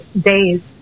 days